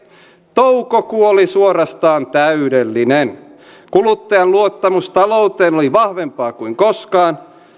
toukokuu oli suorastaan täydellinen kuluttajan luottamus talouteen oli vahvempaa kuin koskaan